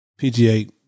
PGA